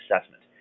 assessment